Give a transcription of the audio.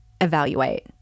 evaluate